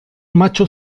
macho